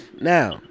Now